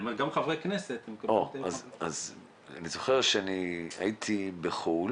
אני זוכר שהייתי בחו"ל